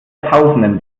jahrtausenden